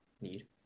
need